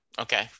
Okay